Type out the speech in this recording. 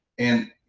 and,